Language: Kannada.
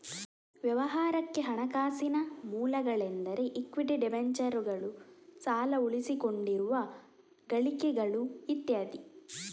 ವ್ಯವಹಾರಕ್ಕೆ ಹಣಕಾಸಿನ ಮೂಲಗಳೆಂದರೆ ಇಕ್ವಿಟಿ, ಡಿಬೆಂಚರುಗಳು, ಸಾಲ, ಉಳಿಸಿಕೊಂಡಿರುವ ಗಳಿಕೆಗಳು ಇತ್ಯಾದಿ